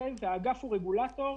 כי האגף, הרגולטור,